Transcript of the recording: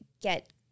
get